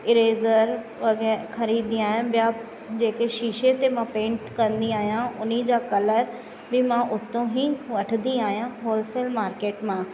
eraser वग़ैरह ख़रीदंदी आहियां ॿिया जेके शीशे ते मां पेंट कंदी आहियां हुनजा कलर बि मां उतां ही वठंदी आहियां होलसेल मार्केट मां